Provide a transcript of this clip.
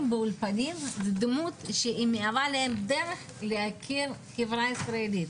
באולפנים זה דמות שמהווה להם דרך להכיר את החברה הישראלית.